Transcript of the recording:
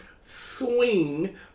swing